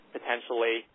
Potentially